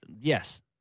Yes